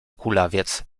kulawiec